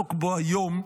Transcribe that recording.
שנעסוק בו היום,